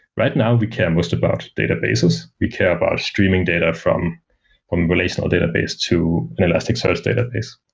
right now we care most about databases. we care about streaming data from from relational database to an elasticsearch database.